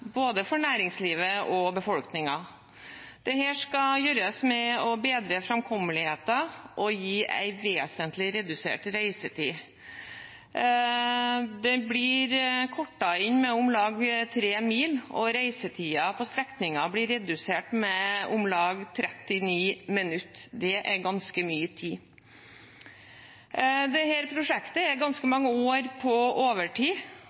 både for næringslivet og befolkningen. Dette skal gjøres ved å bedre framkommeligheten og gi en vesentlig redusert reisetid. Strekningen blir kortet inn med om lag 3 mil, og reisetiden på strekningen blir redusert med om lag 39 minutter. Det er ganske mye tid. Dette prosjektet er ganske mange år på overtid,